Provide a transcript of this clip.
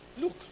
Look